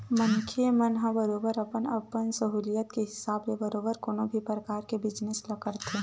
मनखे मन ह बरोबर अपन अपन सहूलियत के हिसाब ले बरोबर कोनो भी परकार के बिजनेस ल करथे